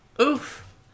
oof